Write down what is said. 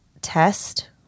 test